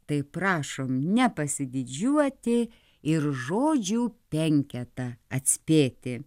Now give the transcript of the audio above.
tai prašom nepasididžiuoti ir žodžių penketą atspėti